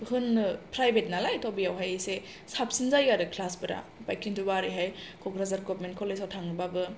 private नालाय ओ बेवहाय इसे साबसिन जायो आरो किन्तुबा ओरैहाय कक्राझार गभारमेन कलेजाव थाङोब्लाबो